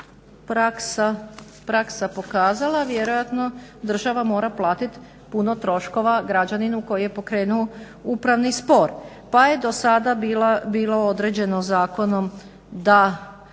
praksa pokazala. Vjerojatno država mora platit puno troškova građaninu koji je pokrenuo upravni spor, pa je do sada bilo određeno zakonom da